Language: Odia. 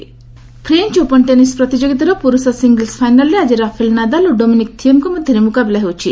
French Open French Open tennis ପ୍ରତିଯୋଗିତାର ପୁରୁଷ ସିଙ୍ଗଲ୍ସ୍ ଫାଇନାଲ୍ରେ ଆକି ରାଫେଲ୍ ନାଦାଲ୍ ଓ ଡୋମିନିକ୍ ଥିଏମ୍ଙ୍କ ମଧ୍ୟରେ ମୁକାବିଲା ହେଉଛି